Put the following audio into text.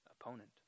opponent